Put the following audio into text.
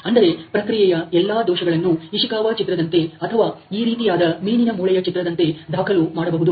ಅಂದರೆ ಪ್ರಕ್ರಿಯೆಯ ಎಲ್ಲಾ ದೋಷಗಳನ್ನು ಇಶಿಕವ ಚಿತ್ರದಂತೆಅಥವಾ ಈ ರೀತಿಯಾದ ಮೀನಿನ ಮೂಳೆಯ ಚಿತ್ರದಂತೆ ದಾಖಲು ಮಾಡಬಹುದು